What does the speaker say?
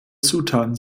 zutaten